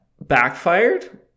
backfired